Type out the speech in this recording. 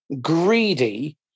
greedy